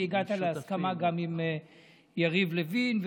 והגעת להסכמה גם עם יריב לוין,